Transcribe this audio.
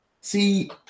See